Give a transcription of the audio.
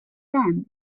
them